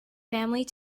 family